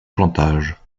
chantage